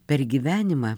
per gyvenimą